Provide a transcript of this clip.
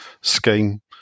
scheme